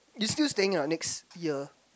you still staying a not next year